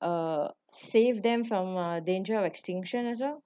uh save them from a danger of extinction as well